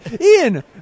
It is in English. Ian